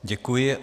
Děkuji.